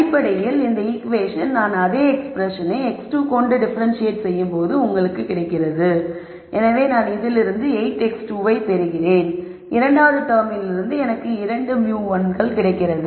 அடிப்படையில் இந்த ஈகுவேஷன் நான் அதே எக்ஸ்பிரஸனை x2 கொண்டு டிஃபரெண்ட்சியேட் செய்யும் போது உங்களுக்கு கிடைக்கிறது எனவே நான் இங்கிருந்து 8 x2 ஐப் பெறுகிறேன் இரண்டாவது டெர்மிலிருந்து எனக்கு 2 μ1 கிடைக்கிறது